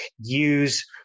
use